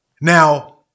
Now